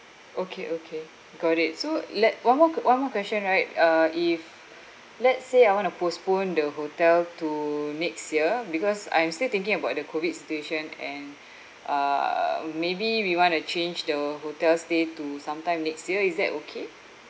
okay okay got it so led one more q~ one more question right uh if let's say I want to postpone the hotel to next year because I'm still thinking about the COVID situation and uh um maybe we want to change the hotel stay to sometime next year is that okay